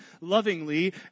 lovingly